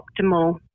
optimal